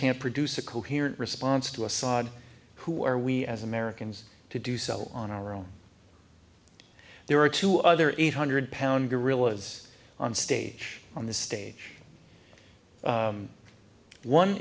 can't produce a coherent response to assad who are we as americans to do so on our own there are two other eight hundred pound gorillas on stage on the stage